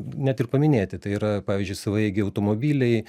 net ir paminėti tai yra pavyzdžiui savaeigiai automobiliai